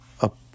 up